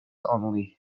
only